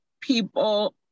people